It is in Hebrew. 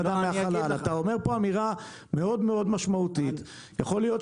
מאוד חשוב לי להתייחס לדברים